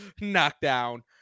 knockdown